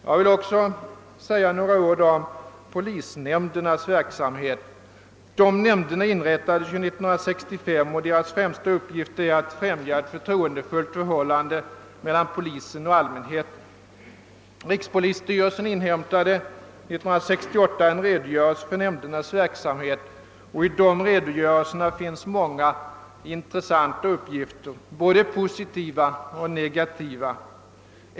Jag vill också säga några ord om polisnämndernas verksamhet. Dessa nämnder inrättades ju år 1965 och deras främsta uppgift är att främja ett förtroendefullt förhållande mellan polisen och allmänheten. Rikspolisstyrelsen inhämtade år 1968 en redogörelse för nämndernas verksamhet och där finns många intressanta uppgifter av både positivt och negativt slag.